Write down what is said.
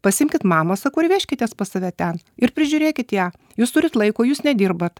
pasiimkit mamą sakau ir vežkitės pas save ten ir prižiūrėkit ją jūs turit laiko jūs nedirbat